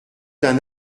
d’un